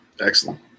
Excellent